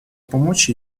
помочь